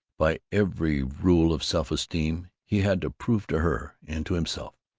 by every rule of self-esteem, he had to prove to her, and to himself,